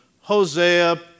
Hosea